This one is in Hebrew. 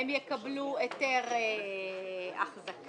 הם יקבלו היתר אחזקה.